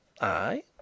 I